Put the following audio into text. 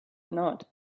nod